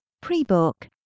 Pre-Book